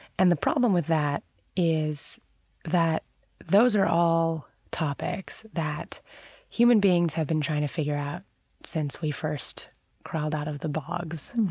and the problem with that is that those are all topics that human beings have been trying to figure out since we first crawled out of the bogs.